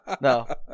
No